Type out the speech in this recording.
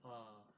ah